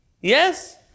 Yes